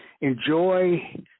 enjoy